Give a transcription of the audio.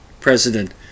president